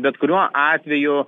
bet kuriuo atveju